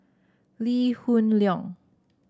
Lee Hoon Leong